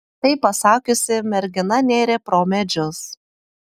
tai pasakiusi mergina nėrė pro medžius